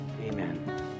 Amen